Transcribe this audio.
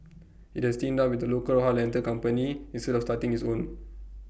IT has teamed up with A local A car rental company instead of starting its own